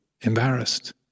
embarrassed